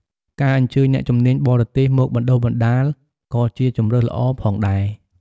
ការអញ្ជើញអ្នកជំនាញបរទេសមកបណ្តុះបណ្តាលក៏ជាជម្រើសល្អផងដែរ។